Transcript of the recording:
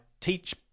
teach